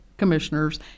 commissioners